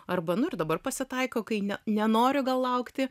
arba nu ir dabar pasitaiko kai ne nenoriu laukti